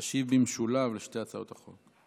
תשיב במשולב על שתי הצעות החוק.